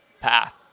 path